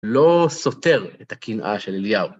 לא סותר את הקנאה של אליהו.